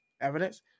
evidence